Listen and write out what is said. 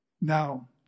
Now